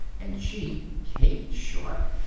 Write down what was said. and she kate sharp!